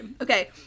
Okay